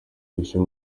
bishya